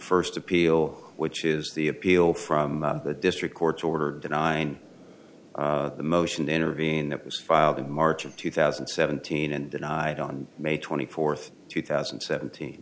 first appeal which is the appeal from the district court ordered the nine the motion to intervene that was filed in march of two thousand and seventeen and denied on may twenty fourth two thousand and seventeen